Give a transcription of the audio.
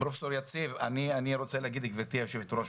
פרופ' יציב, אני רוצה להגיד לגבירתי היושבת-ראש,